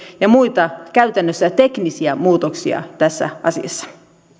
ja muita käytännössä teknisiä muutoksia tähän asiaan